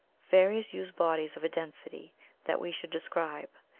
fairies use bodies of a density that we should describe,